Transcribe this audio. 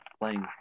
playing